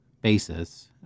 basis